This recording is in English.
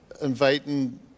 inviting